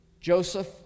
Joseph